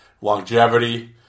longevity